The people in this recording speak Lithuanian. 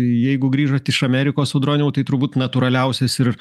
jeigu grįžot iš amerikos audroniau tai turbūt natūraliausias ir